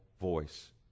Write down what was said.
voice